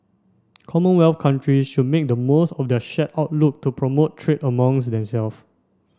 commonwealth countries should make the most of this shared outlook to promote trade among themselves